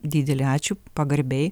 didelį ačiū pagarbiai